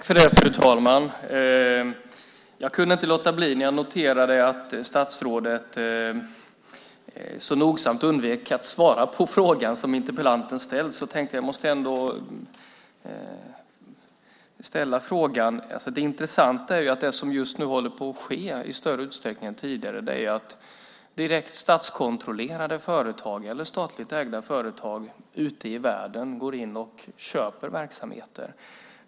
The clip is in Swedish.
Fru talman! Jag kunde inte låta bli att delta i debatten när jag noterade att statsrådet så nogsamt undvek att svara på den fråga som interpellanten ställt. Då tänkte jag: Jag måste ändå ställa frågan. Det intressanta är att det som just nu håller på att ske i större utsträckning än tidigare är att direkt statskontrollerade företag eller statligt ägda företag ute i världen går in och köper verksamheter.